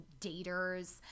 daters